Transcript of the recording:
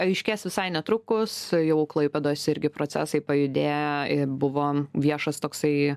aiškės visai netrukus jau klaipėdos irgi procesai pajudėjo ir buvo viešas toksai